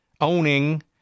owning